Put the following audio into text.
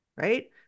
right